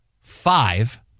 five